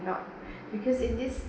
not because in this